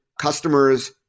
customer's